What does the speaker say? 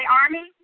Army